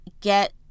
get